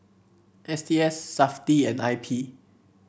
S T S Safti and I P